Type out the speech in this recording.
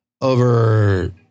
over